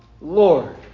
Lord